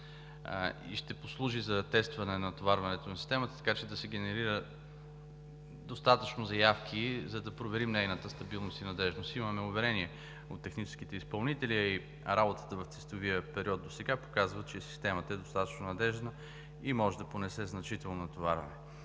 и ще послужи за тестване на натоварването на Системата, така че да се генерират достатъчно заявки, за да проверим нейната стабилност и надеждност. Имаме уверение от техническите изпълнители, а и работата в тестовия период досега показва, че Системата е достатъчно надеждна и може да понесе значително натоварване.